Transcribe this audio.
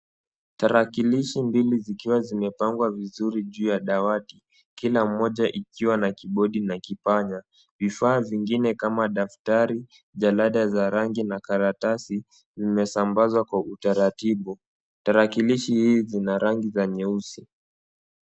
Tarakilishi mbili zikiwa zimepangwa vizuri juu ya dawati kila mmoja ikiwa na kibodi na kipanya. Vifaa vingine kama daftari, jalada za rangi na karatasi vimesambazwa kwa utaratibu. Tarakilishi hizi zina rangi za nyeusi.